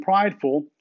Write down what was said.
prideful